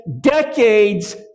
decades